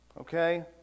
Okay